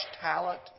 talent